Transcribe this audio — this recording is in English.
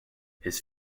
his